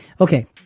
Okay